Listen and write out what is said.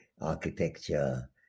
architecture